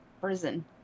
prison